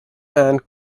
and